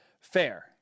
fair